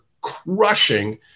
crushing